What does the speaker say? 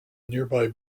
nearby